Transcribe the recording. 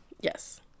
Yes